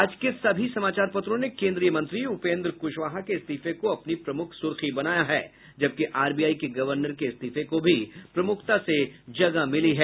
आज के सभी समाचार पत्रों ने केन्द्रीय मंत्री उपेन्द्र क्शवाहा के इस्तीफे को अपनी प्रमुख सुर्खी बनाया है जबकि आरबीआई के गवर्नर के इस्तीफे को भी प्रमुखता मिली है